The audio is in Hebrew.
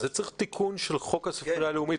צריך תיקון של חוק הספרייה הלאומית,